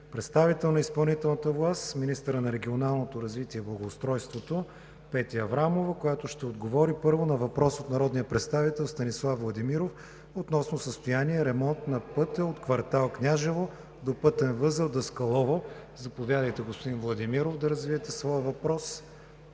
представител на изпълнителната власт – министърът на регионалното развитие и благоустройството Петя Аврамова ще отговори първо на въпрос от народния представител Станислав Владимиров относно състояние и ремонт на пътя от квартал „Княжево“ до пътен възел „Даскалово“. Заповядайте, господин Владимиров, да развиете своя въпрос